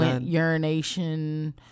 Urination